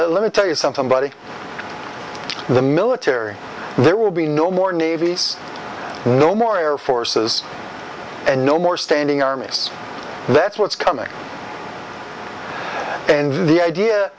let me tell you something buddy the military there will be no more navy's no more air forces and no more standing armies that's what's coming and the idea